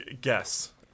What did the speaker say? guess